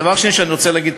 הדבר השני שאני רוצה להגיד,